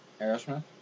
Aerosmith